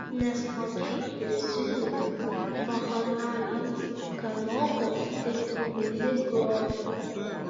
nesmagiai prisiminiau bakchanalijas kanopos ir kruvini grobiai